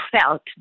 felt